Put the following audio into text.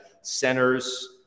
centers